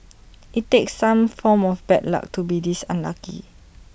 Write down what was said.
IT takes some form of bad luck to be this unlucky